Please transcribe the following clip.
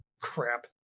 crap